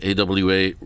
AWA